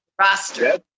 roster